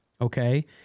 okay